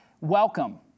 Welcome